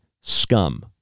scum